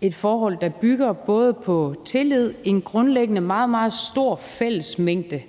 et forhold, der bygger på både tillid og en grundlæggende meget, meget stor fællesmængde